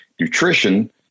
nutrition